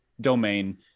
domain